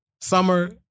Summer